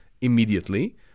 immediately